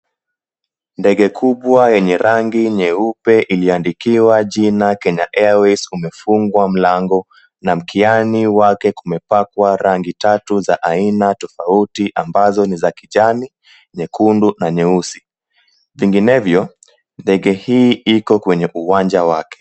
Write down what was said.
Ndege kubwa yenye rangi nyeupe iliandikiwa jina Kenya Airways umefungwa mlango na mkiani wake kumepakwa rangi tatu za aina tofauti ambazo ni za kijani, nyekundu na nyeusi. Vinginevyo, ndege hii iko kwenye uwanja wake.